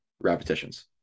Repetitions